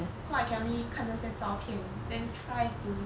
so I can only 看这些照片 then try to